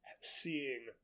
seeing